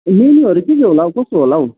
मेन्युहरू के के होला हौ कसो होला हौ